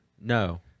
No